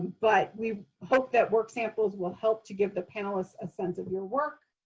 but we hope that work samples will help to give the panelists a sense of your work,